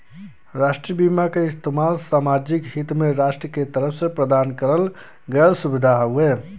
राष्ट्रीय बीमा क इस्तेमाल सामाजिक हित में राष्ट्र के तरफ से प्रदान करल गयल सुविधा हउवे